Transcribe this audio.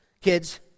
Kids